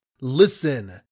Listen